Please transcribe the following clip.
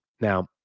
Now